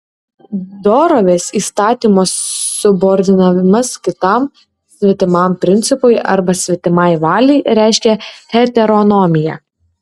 dorovės įstatymo subordinavimas kitam svetimam principui arba svetimai valiai reiškia heteronomiją